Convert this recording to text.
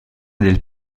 del